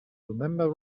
remember